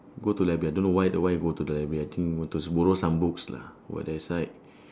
go to library I don't know why the why go to the library I think go to borrow some books lah go that side